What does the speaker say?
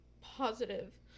positive